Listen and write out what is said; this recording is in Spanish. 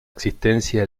existencia